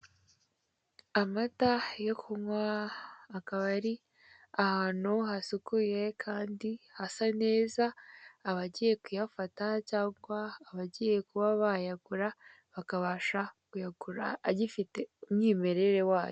Amata yo kunywa akaba ari ahantu hasukuye kandi hasa neza, abagiye kuyafata cyangwa abagiye kuba bayagura bakabasha kuyagura agifite umwimerere wayo.